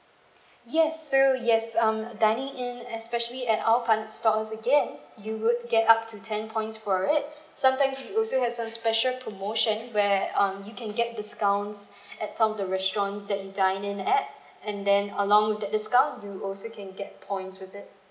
yes so yes um dining in especially at our partner store again you would get up to ten points for it sometimes we also has some special promotion where um you can get discounts at some of the restaurants that you dine in at and then along with that discount you also can get points with it